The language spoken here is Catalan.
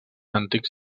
antics